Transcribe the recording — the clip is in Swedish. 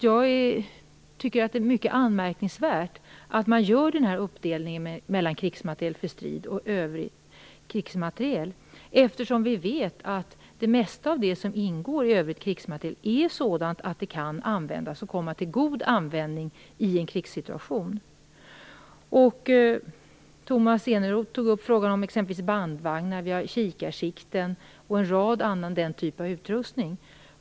Jag tycker att det är mycket anmärkningsvärt att man gör uppdelningen mellan krigsmateriel för strid och övrig krigsmateriel, eftersom vi vet att det mesta av det som ingår i övrig krigsmateriel är sådant att det kan användas och komma till god användning i en krigssituation. Tomas Eneroth tog upp exempelvis bandvagnar. Det gäller också kikarsikten och andra typer av utrustning.